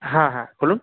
হ্যাঁ হ্যাঁ বলুন